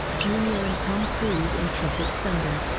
jr. and tom cruise in tropic thunder.